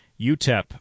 UTEP